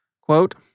Quote